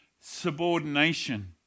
subordination